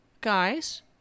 guys